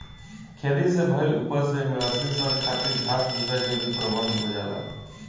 खेती से भईल उपज से मवेशी सन खातिर घास भूसा के भी प्रबंध हो जाला